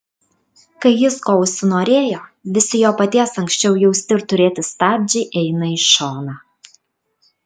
kai jis ko užsinorėjo visi jo paties anksčiau jausti ir turėti stabdžiai eina į šoną